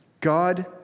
God